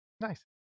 Nice